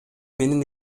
менен